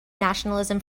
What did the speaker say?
nationalism